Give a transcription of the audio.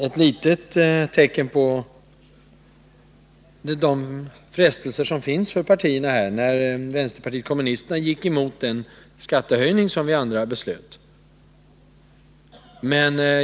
Ett exempel på de frestelser som här finns är att vpk i höstas gick emot det beslut om skattehöjning som vi andra fattade.